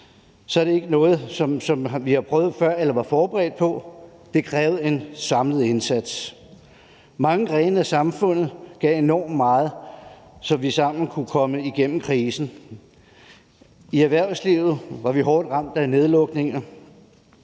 var det ikke noget, vi havde prøvet før eller var forberedt på. Det krævede en samlet indsats. Mange grene af samfundet gav enormt meget, så vi sammen kunne komme igennem krisen. I erhvervslivet var vi hårdt ramt af nedlukninger.